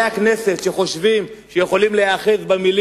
ולחברי הכנסת שחושבים שיכולים להיאחז במלים